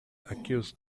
accused